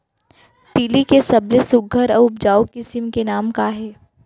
तिलि के सबले सुघ्घर अऊ उपजाऊ किसिम के नाम का हे?